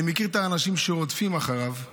אני מכיר את האנשים שהיו רודפים אחריו בירוחם,